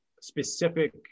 specific